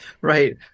Right